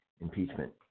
impeachment